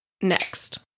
next